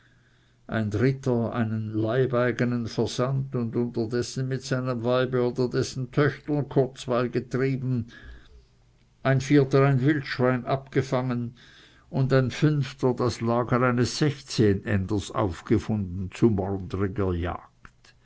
ein dritter einen leibeigenen versandt und unterdessen mit seinem weibe oder dessen töchtern kurzweil getrieben ein vierter ein wildschwein abgefangen und ein fünfter das lager eines sechszehnenders aufgefunden zu morndriger